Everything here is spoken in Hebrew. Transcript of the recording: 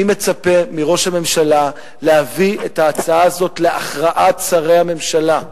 אני מצפה מראש הממשלה להביא את ההצעה הזאת להכרעת שרי הממשלה,